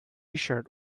tshirt